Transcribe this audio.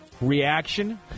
reaction